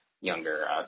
younger